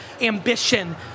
Ambition